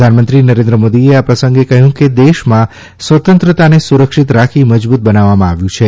પ્રધાનમંત્રી નરેન્દ્ર મોદીએ આ પ્રસંગે કહ્યું કે દેશમાં સ્વતંત્રતાને સુરક્ષિત રાખી મજબૂત બનાવવામાં આવેલ છે